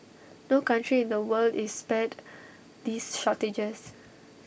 no country in the world is spared these shortages